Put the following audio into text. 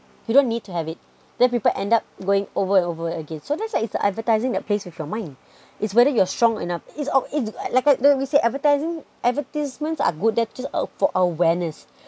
you don't need to have it then people end up going over and over again so that's why it's the advertising plays with your mind it's whether you're strong enough it's o~ it's like I what we say advertising advertisements are good that just for for awareness